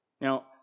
Now